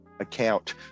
account